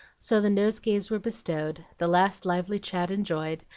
so the nosegays were bestowed, the last lively chat enjoyed,